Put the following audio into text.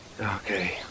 Okay